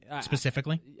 specifically